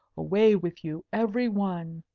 away with you, every one.